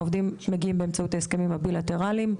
העובדים מגיעים באמצעות ההסכמים הבילטרליים.